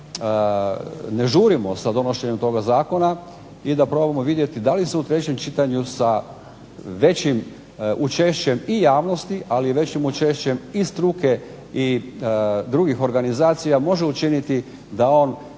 ne žurimo sa donošenjem toga zakona i da probamo vidjeti da li se u trećem čitanju sa većim učešćem i javnosti ali i većim učešćem i struke i drugih organizacija može učiniti da on